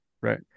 right